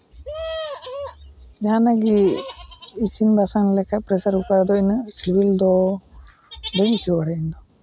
ᱡᱟᱦᱟᱱᱟᱜ ᱜᱮ ᱤᱥᱤᱱ ᱵᱟᱥᱟᱝ ᱞᱮᱠᱷᱟᱡ ᱯᱨᱮᱥᱟᱨ ᱠᱩᱠᱟᱨ ᱨᱮ ᱤᱱᱟᱹᱜ ᱥᱤᱵᱤᱞ ᱫᱚ ᱵᱟᱹᱧ ᱟᱭᱠᱟᱹᱣ ᱵᱟᱲᱟᱭᱟ ᱤᱧᱫᱚ